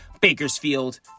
Bakersfield